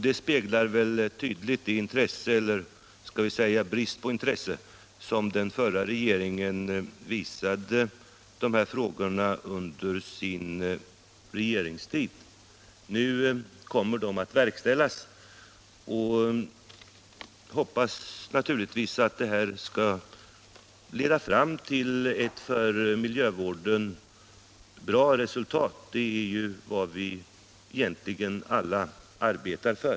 Det speglar väl tydligt det intresse — eller kanske den brist på intresse — som den förra regeringen visade de här frågorna under sin regeringstid. Nu kommer utredningen att verkställas, och jag hoppas naturligtvis att utredningsarbetet skall leda fram till ett för miljövården bra resultat. Det är vad vi egentligen alla arbetar för.